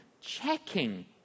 checking